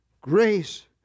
Grace